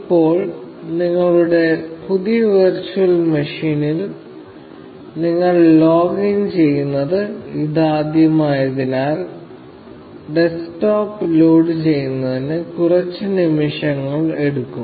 ഇപ്പോൾ നിങ്ങളുടെ പുതിയ വെർച്വൽ മെഷീനിൽ നിങ്ങൾ ലോഗിൻ ചെയ്യുന്നത് ഇതാദ്യമായതിനാൽ ഡെസ്ക്ടോപ്പ് ലോഡുചെയ്യുന്നതിന് കുറച്ച് നിമിഷങ്ങൾ എടുക്കും